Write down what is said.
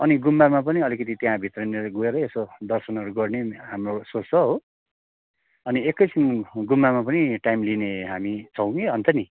अनि गुम्बामा पनि अलिकति त्यहाँ भित्रनिर गएर यसो दर्शनहरू गर्ने हाम्रो सोच छ हो अनि एकैछिन गुम्बामा पनि टाइम लिने हामी छौँ कि अन्त नि